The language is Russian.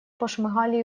пошмыгали